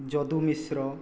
Jadu Mishra